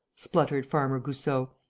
spluttered farmer goussot.